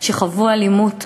שחוו אלימות.